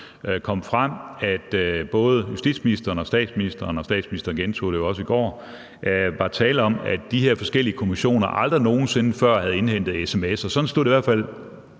kom frem fra både justitsministeren og statsministeren – og statsministeren gentog det jo også i går – at der var tale om, at de her forskellige kommissioner aldrig nogen sinde før havde indhentet sms'er. Sådan fremstod det i hvert fald